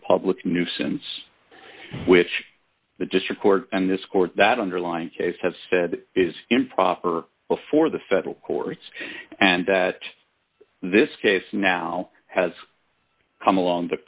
public nuisance which the district court in this court that underlying case has said is improper before the federal courts and that this case now has come along the